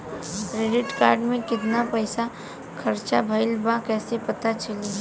Credit card के कितना पइसा खर्चा भईल बा कैसे पता चली?